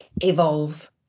evolve